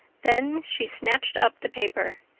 then she snatched up the paper.